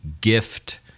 gift